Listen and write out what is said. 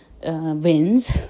Wins